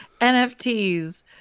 NFTs